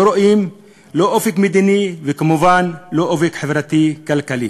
לא רואים לא אופק מדיני וכמובן לא אופק חברתי כלכלי.